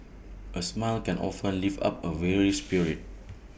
A smile can often lift up A weary spirit